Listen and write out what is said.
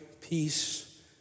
peace